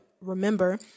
remember